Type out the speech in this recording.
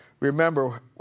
Remember